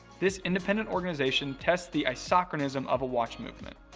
this independent organization tests the isochronism of a watch movement.